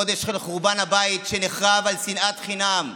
חודש של חורבן הבית, שנחרב על שנאת חינם.